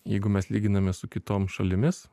jeigu mes lyginame su kitom šalimis